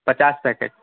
پچاس پیکٹ